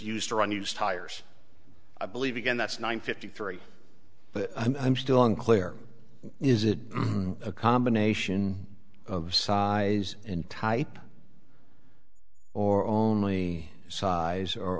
used or on used tires i believe again that's nine fifty three but i'm still unclear is it a combination of size and type or only size or